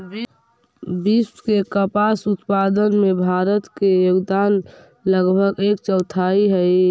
विश्व के कपास उत्पादन में भारत के योगदान लगभग एक चौथाई हइ